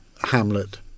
Hamlet